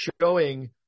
showing